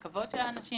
הכבוד של האנשים